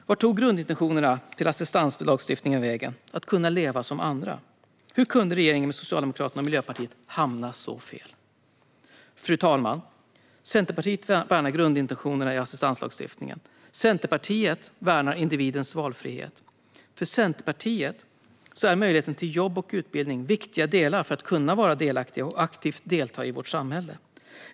Vart tog grundintentionerna i assistanslagstiftningen vägen? Vad hände med intentionen att dessa människor ska kunna leva som andra? Hur kunde regeringen med Socialdemokraterna och Miljöpartiet hamna så fel? Fru talman! Centerpartiet värnar grundintentionerna i assistanslagstiftningen. Centerpartiet värnar individens valfrihet. För Centerpartiet är möjlighet till jobb och utbildning viktiga delar för att kunna vara delaktig och aktivt delta i vårt samhälle.